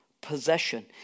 Possession